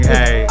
Hey